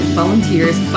volunteers